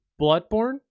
bloodborne